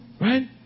Right